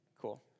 cool